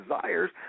desires